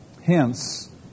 Hence